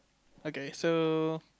okay so